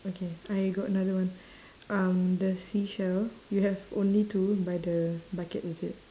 okay I got another one um the seashell you have only two by the bucket is it